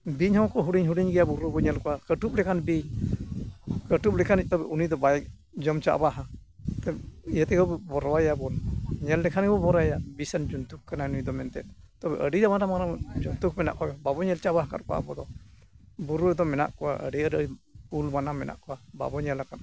ᱵᱤᱧ ᱦᱚᱸᱠᱚ ᱦᱩᱰᱤᱧ ᱦᱩᱰᱤᱧ ᱜᱮᱭᱟ ᱵᱩᱨᱩ ᱵᱚᱱ ᱧᱮᱞ ᱠᱚᱣᱟ ᱠᱟᱹᱴᱩᱵ ᱞᱮᱠᱷᱟᱱ ᱵᱤᱧ ᱠᱟᱹᱴᱩᱵ ᱞᱮᱠᱷᱟᱱ ᱛᱚᱵᱮ ᱩᱱᱤᱫᱚ ᱵᱟᱭ ᱡᱚᱢ ᱪᱟᱵᱟᱦᱟ ᱛᱚᱵᱮ ᱤᱭᱟᱹ ᱛᱮᱦᱚᱸ ᱵᱚᱱ ᱵᱚᱨᱚᱭᱟ ᱵᱚᱱ ᱧᱮᱞ ᱞᱮᱠᱷᱟᱱ ᱜᱮᱵᱚ ᱵᱚᱨᱟᱭᱟ ᱵᱤᱥᱟᱱ ᱡᱚᱱᱛᱩ ᱠᱟᱱᱟ ᱱᱩᱭᱫᱚ ᱢᱮᱱᱛᱮ ᱛᱚᱵᱮ ᱟᱹᱰᱤ ᱢᱟᱱᱟ ᱡᱚᱱᱛᱩ ᱢᱮᱱᱟᱜ ᱠᱚᱣᱟ ᱵᱟᱵᱚ ᱧᱮᱞ ᱪᱟᱵᱟ ᱟᱠᱟᱜ ᱠᱚᱣᱟ ᱟᱵᱚᱫᱚ ᱵᱩᱨᱩ ᱨᱮᱫᱚ ᱢᱮᱱᱟᱜ ᱠᱚᱣᱟ ᱟᱹᱰᱤ ᱟᱹᱰᱤ ᱠᱩᱞ ᱵᱟᱱᱟ ᱢᱮᱱᱟᱜ ᱠᱚᱣᱟ ᱵᱟᱵᱚᱱ ᱧᱮᱞ ᱟᱠᱟᱫ ᱠᱚᱣᱟ